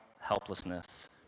helplessness